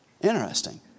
Interesting